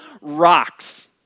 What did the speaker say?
rocks